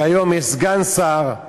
כיום יש סגן שר,